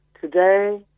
Today